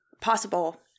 possible